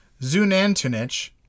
zunantunich